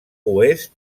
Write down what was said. oest